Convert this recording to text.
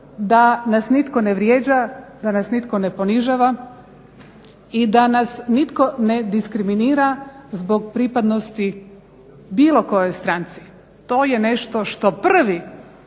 da nas nitko ne vrijeđa, da nas nitko ne ponižava i da nas nitko ne diskriminira zbog pripadnosti bilo kojoj stranci. To je nešto što prvi